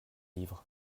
livres